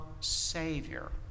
savior